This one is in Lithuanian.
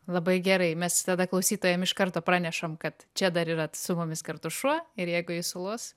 labai gerai mes tada klausytojam iš karto pranešam kad čia dar yra su mumis kartu šuo ir jeigu jis sulos